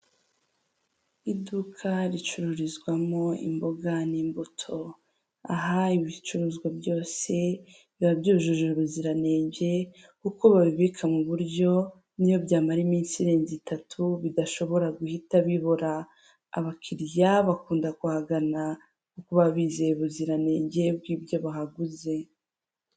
Iduka ricururizwamo imboga n'imbuto. Aha ibicuruzwa byose biba byujuje ubuziranenge ,kuko babibika mu buryo n'iyo byamara iminsi irenze itatu bidashobora guhita bibora ,abakiriya bakunda kuhagana kuko bizeye ubuziranenge bw'ibyo bahaguze.